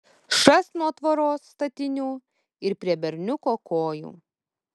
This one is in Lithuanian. šast nuo tvoros statinių ir prie berniuko kojų